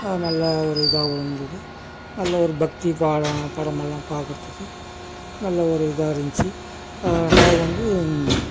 நல்ல ஒரு இதாகவும் இருந்தது நல்ல ஒரு பக்தி பாடம் படமெல்லாம் பார்க்கறதுக்கு நல்ல ஒரு இதாக இருந்துச்சு ரெண்டாவது வந்து